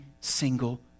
single